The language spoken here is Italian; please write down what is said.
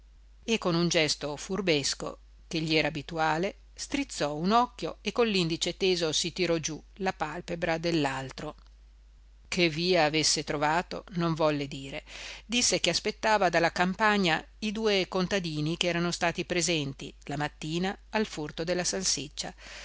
e con un gesto furbesco che gli era abituale strizzò un occhio e con l'indice teso si tirò giù la palpebra dell'altro che via avesse trovato non volle dire disse che aspettava dalla campagna i due contadini che erano stati presenti la mattina al furto della salsiccia